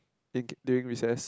think during recess